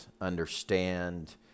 understand